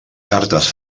cartes